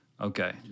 Okay